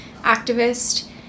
activist